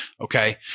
Okay